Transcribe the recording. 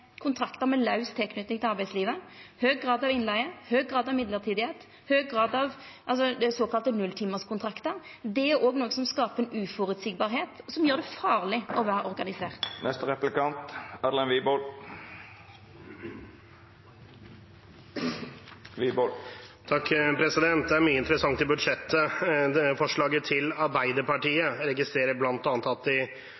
kontraktar med laus tilknyting til arbeidslivet, høg grad av innleige, høg grad av midlertidigheit, høg grad av såkalla nulltimarskontraktar. Det er òg noko som skaper uføreseielegheit, og som gjer det farleg å vera organisert. Det er mye interessant i budsjettforslaget til Arbeiderpartiet. Jeg registrerer bl.a. at de tar opp igjen forslaget